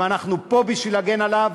אם אנחנו פה בשביל להגן עליו,